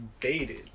baited